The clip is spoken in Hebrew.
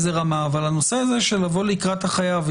הנושא הזה של לבוא לקראת החייב,